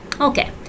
Okay